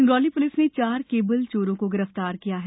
Singrauli police ने चार cable चोरों को गिरफ्तार किया है